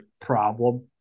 problem